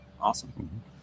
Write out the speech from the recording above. Awesome